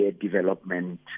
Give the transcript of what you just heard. development